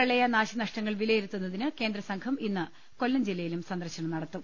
പ്രളയ നാശനഷ്ടങ്ങൾ വിലയിരുത്തുന്നതിന് കേന്ദ്രസംഘം ഇന്ന് കൊല്ലം ജില്ല യിലും സന്ദർശനം നടത്തും